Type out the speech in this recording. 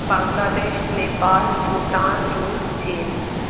Bangladesh Nepal Bhutan Russia China